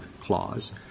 Clause